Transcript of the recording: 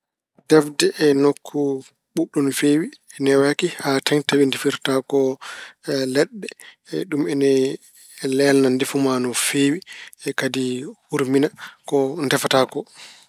Defde e nokku ɓuuɓɗo no feewi newaaki haa teeŋti tawa defirta ko leɗɗe. Ɗum ena leelna ndefu ma no feewi kadi hurmina ko ndefeta ko.